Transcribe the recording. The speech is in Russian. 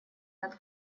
над